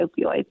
opioids